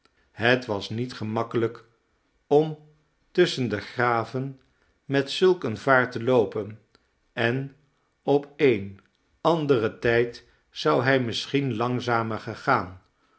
het was niet gemakkelijk om tusschen de graven met zulk een vaart te loopen en op een anderen tijd zou hij misschien langzamer gegaan